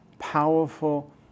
powerful